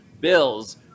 Bills